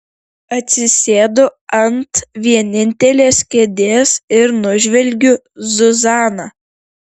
atsisėdu ant vienintelės kėdės ir nužvelgiu zuzaną